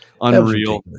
Unreal